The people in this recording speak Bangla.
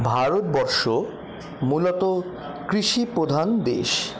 ভারতবর্ষ মূলত কৃষিপ্রধান দেশ